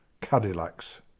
Cadillacs